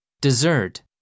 Dessert